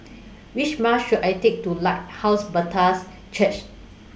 Which Bus should I Take to Lighthouse Baptist Church